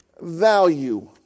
value